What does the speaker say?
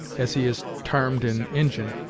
as he is tarmed in injin,